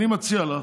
אני מציע לך,